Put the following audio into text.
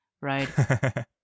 right